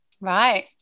Right